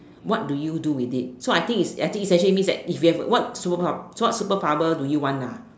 what do you do with it so I think is I think essentially means that if we have what superpower what superpower do you want ah